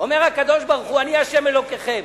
אומר הקדוש-ברוך-הוא: אני ה' אלוקיכם.